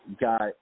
got